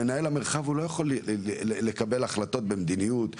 מנהל המרחב לא יכול לקבל החלטות במדיניות,